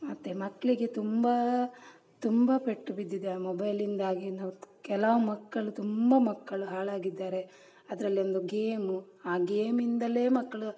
ಮತ್ತು ಮಕ್ಕಳಿಗೆ ತುಂಬ ತುಂಬ ಪೆಟ್ಟು ಬಿದ್ದಿದೆ ಆ ಮೊಬೈಲಿಂದಾಗಿ ನಾವು ಕೆಲವು ಮಕ್ಕಳು ತುಂಬ ಮಕ್ಕಳು ಹಾಳಾಗಿದ್ದಾರೆ ಅದರಲ್ಲೊಂದು ಗೇಮು ಆ ಗೇಮಿಂದಲೇ ಮಕ್ಕಳು